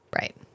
Right